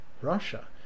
Russia